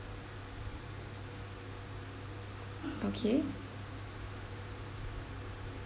okay